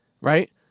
Right